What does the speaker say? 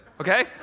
Okay